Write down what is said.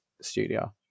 studio